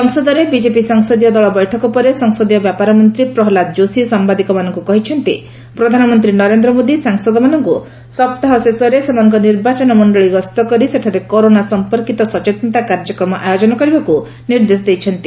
ସଂସଦରେ ବିଜେପି ସଂସଦୀୟ ଦଳ ବୈଠକ ପରେ ସଂସଦୀୟ ବ୍ୟାପାର ମନ୍ତ୍ରୀ ପ୍ରହଲ୍ଲାଦ ଯୋଶୀ ସାମ୍ଘାଦିକମାନଙ୍କୁ କହିଛନ୍ତି ପ୍ରଧାନମନ୍ତ୍ରୀ ନରେନ୍ଦ୍ର ମୋଦି ସାଂସଦମାନଙ୍କୁ ସପ୍ତାହ ଶେଷରେ ସେମାନଙ୍କ ନିର୍ବାଚନମଣ୍ଡଳୀ ଗସ୍ତ କରି ସେଠାରେ କରୋନା ସମ୍ପର୍କିତ ସଚେତନତା କାର୍ଯ୍ୟକ୍ରମ ଆୟୋଜନ କରିବାକୁ ନିର୍ଦ୍ଦେଶ ଦେଇଛନ୍ତି